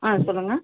ஆ சொல்லுங்கள்